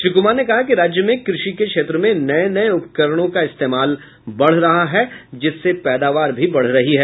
श्री कुमार ने कहा कि राज्य में कृषि के क्षेत्र में नए नए उपकरणों का इस्तेमाल बढ़ रहा है जिस से पैदावार भी बढ़ रही है